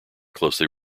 closely